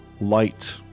light